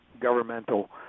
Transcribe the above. governmental